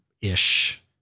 ish